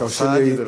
ותרשה לי,